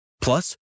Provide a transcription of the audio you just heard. Plus